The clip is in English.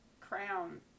crown